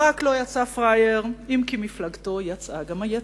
ברק לא יצא פראייר, אם כי מפלגתו יצאה גם יצאה.